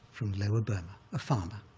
from lower burma, a farmer.